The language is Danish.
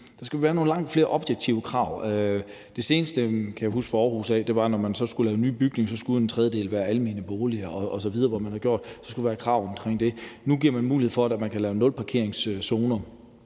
der skal være langt flere objektive krav. Det seneste eksempel, jeg kan huske fra Aarhus, var, at når man skulle lave nye bygninger, skulle en tredjedel være almene boliger osv., og så havde man gjort sådan, at der så skulle være krav omkring det. Nu giver man mulighed for, at man kan lave nulparkeringszoner